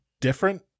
different